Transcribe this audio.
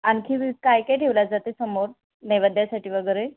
आणखी काय काय ठेवला जाते समोर नैवद्यासाठी वगैरे